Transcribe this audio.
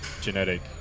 genetic